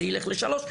זה ילך ל-3,